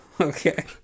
Okay